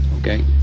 okay